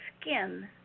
skin